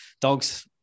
dogs